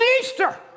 Easter